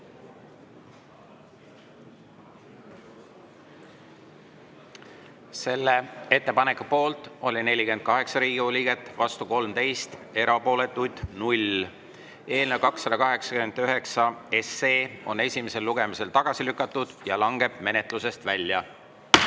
Selle ettepaneku poolt oli 48 Riigikogu liiget, vastu 13, erapooletuid 0. Eelnõu 289 on esimesel lugemisel tagasi lükatud ja langeb menetlusest välja.